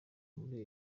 muri